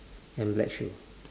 and black shoe